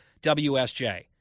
WSJ